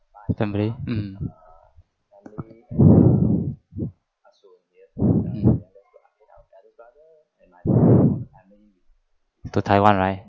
family mm mm to taiwan right